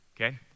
Okay